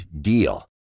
deal